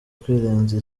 kurenza